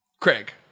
Craig